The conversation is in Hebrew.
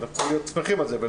אנחנו צריכים להיות שמחים על זה.